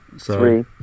Three